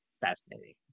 fascinating